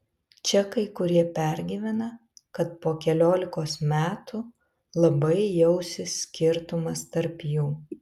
čia kai kurie pergyvena kad po keliolikos metų labai jausis skirtumas tarp jų